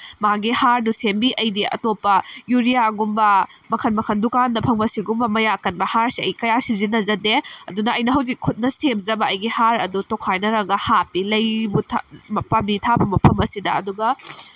ꯃꯥꯒꯤ ꯍꯥꯔꯗꯨ ꯁꯦꯝꯕꯤ ꯑꯩꯗꯤ ꯑꯇꯣꯞꯄ ꯌꯨꯔꯤꯌꯥꯒꯨꯝꯕ ꯃꯈꯜ ꯃꯈꯜ ꯗꯨꯀꯥꯟꯗ ꯐꯪꯕ ꯁꯤꯒꯨꯝꯕ ꯃꯌꯥꯛ ꯀꯟꯕ ꯍꯥꯔꯁꯤ ꯑꯩ ꯀꯌꯥ ꯁꯤꯖꯤꯟꯅꯖꯗꯦ ꯑꯗꯨꯅ ꯑꯩꯅ ꯍꯧꯖꯤꯛ ꯈꯨꯠꯅ ꯁꯦꯝꯖꯕ ꯑꯩꯒꯤ ꯍꯥꯔ ꯑꯗꯣ ꯇꯣꯠꯈꯥꯏꯅꯔꯒ ꯍꯥꯞꯄꯤ ꯂꯩꯕꯨ ꯄꯥꯝꯕꯤ ꯊꯥꯕ ꯃꯐꯝ ꯑꯁꯤꯗ ꯑꯗꯨꯒ